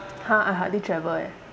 !huh! I hardly travel eh